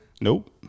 Nope